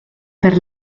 per